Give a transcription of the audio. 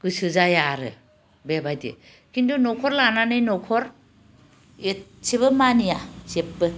गोसो जाया आरो बेबायदि खिन्थु न'खर लानानै न'खर एसेबो मानिया जेबो